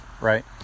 right